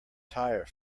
tire